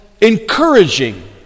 encouraging